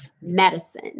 medicine